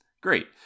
Great